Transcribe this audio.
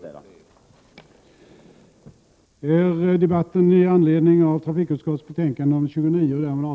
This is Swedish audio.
som eventuellt hann debatteras färdigt under återstoden av dagens sammanträde skulle företas till avgörande i ett sammanhang vid morgondagens arbetsplenum.